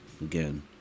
again